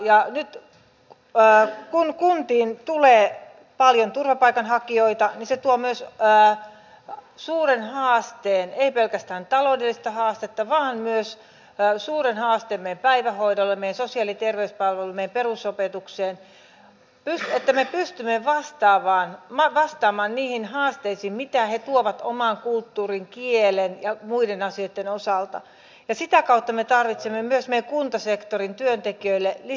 ja nyt kun kuntiin tulee paljon turvapaikanhakijoita niin se tuo myös suuren haasteen ei pelkästään taloudellista haastetta vaan myös suuren haasteen meidän päivähoidolle meidän sosiaali ja terveyspalveluille meidän perusopetukseen että me pystymme vastaamaan niihin haasteisiin mitä he tuovat oman kulttuurin kielen ja muiden asioiden osalta ja sitä kautta me tarvitsemme myös meidän kuntasektorin työntekijöille lisää osaamista